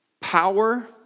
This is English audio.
power